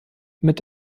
mit